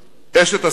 אשת עסקים.